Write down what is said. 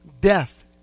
death